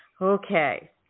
Okay